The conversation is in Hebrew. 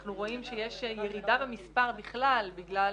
אנחנו רואים שיש ירידה במספר בכלל בגלל